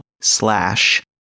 slash